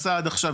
שנעשה עד עכשיו.